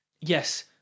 yes